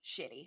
shitty